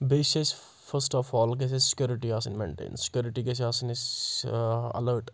بیٚیہِ چھِ اَسہِ فٔسٹ آف آل گژھِ اَسہِ سِکِیورٕٹِی آسٕنۍ مَینٛٹَین سِکِیورٕٹِی گژھِ آسٕنۍ أسۍ اَلٲرٕٹ